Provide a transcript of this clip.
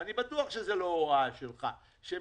אני בטוח שזו לא הוראה שלך אלא